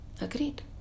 agreed